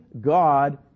god